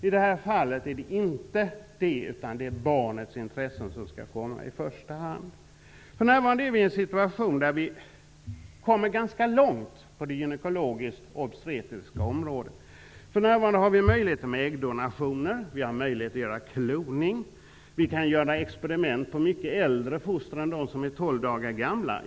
I det här fallet är det inte dessa utan barnets intressen som skall komma i första hand. För närvarande är vi i en situation där vi har kommit ganska långt på det gynekologiskt obstetriska området. Vi har för närvarande möjlighet till äggdonationer, vi har möjlighet att göra kloning och vi kan göra experiment på mycket äldre foster än de som är 12 dagar gamla.